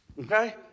Okay